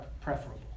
preferable